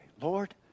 Lord